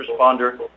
responder